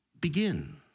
Begin